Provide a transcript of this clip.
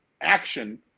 action